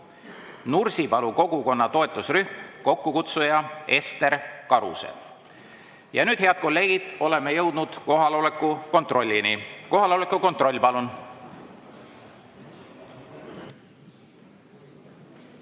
Nursipalu kogukonna toetusrühm, kokkukutsuja Ester Karuse. Ja nüüd, head kolleegid, oleme jõudnud kohaloleku kontrollini. Kohaloleku kontroll, palun!